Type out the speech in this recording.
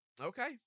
Okay